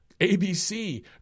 ABC